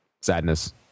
Sadness